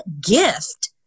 gift